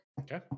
Okay